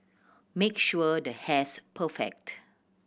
make sure the hair's perfect